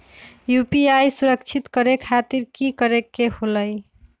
UPI सुरक्षित करे खातिर कि करे के होलि?